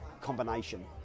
combination